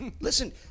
Listen